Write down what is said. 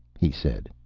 he said.